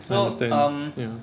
I understand ya